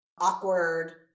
awkward